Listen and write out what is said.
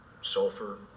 sulfur